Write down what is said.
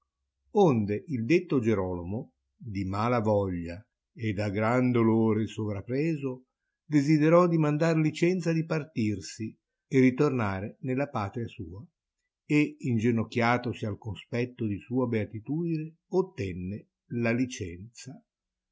onde il detto gierolomo di mala voglia e da gran dolore soprapreso desiderò dimandai licenza di partirsi e ritornare nella patria sua e ingenocchiatosi al conspetto di sua beatitudine ottenne la licenza